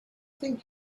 think